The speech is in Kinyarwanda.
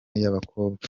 y’abakobwa